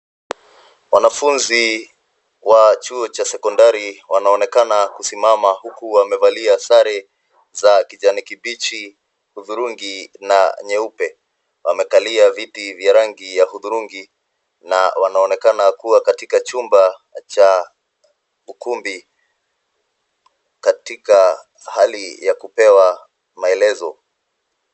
Wanafunzi wa chuo cha sekondari wanaonekana kusimama huku wamevalia sare za kijani kibichi, hudhurungi na nyeupe. Wamekalia viti vya rangi ya hudhurungi na wanaonekana kuwa katika chumba cha ukumbi katika hali ya kupewa maelezo.